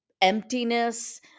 emptiness